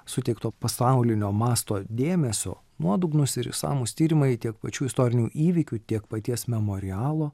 suteikto pasaulinio masto dėmesio nuodugnūs ir išsamūs tyrimai tiek pačių istorinių įvykių tiek paties memorialo